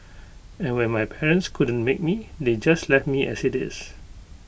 and when my parents couldn't make me they just left me as IT is